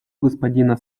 господина